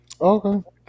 Okay